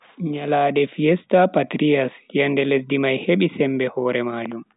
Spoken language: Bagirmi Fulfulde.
Nyalande fiesta patrias, yende lesdi mai hebi sembe hore majum.